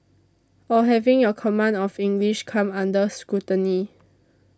or having your command of English come under scrutiny